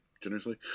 generously